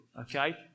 okay